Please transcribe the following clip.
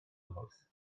mhwrs